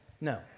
No